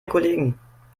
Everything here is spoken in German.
kollegen